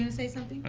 and say something?